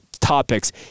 Topics